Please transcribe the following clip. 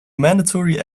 mandatory